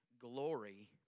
glory